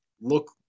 look